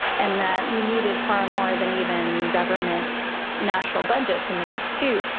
and that you needed far more than even governments' national budgets in the mix too,